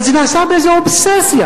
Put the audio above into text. אבל זה נעשה באיזה אובססיה,